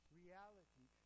reality